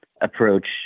approach